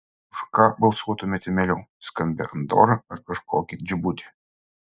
už ką balsuotumėte mieliau skambią andorą ar kažkokį džibutį